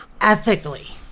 Ethically